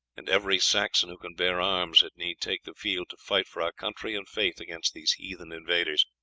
and every saxon who can bear arms had need take the field to fight for our country and faith against these heathen invaders.